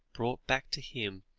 brought back to him,